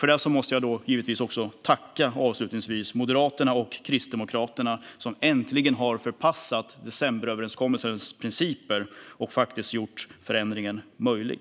Avslutningsvis måste jag givetvis tacka Moderaterna och Kristdemokraterna för detta som äntligen har lämnat decemberöverenskommelsens principer och faktiskt gjort förändringen möjlig.